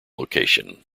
location